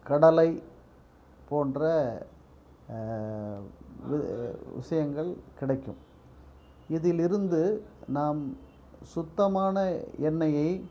கடலை போன்ற விஷியங்கள் கிடைக்கும் இதிலிருந்து நாம் சுத்தமான எண்ணெயை